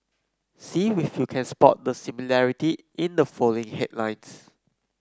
see with you can spot the similarity in the following headlines